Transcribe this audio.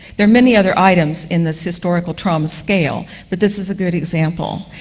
there are many other items in this historical trauma scale, but this is a good example.